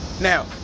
Now